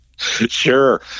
Sure